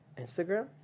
Instagram